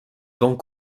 vents